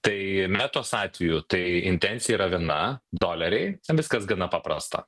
tai metos atveju tai intencija yra viena doleriai viskas gana paprasta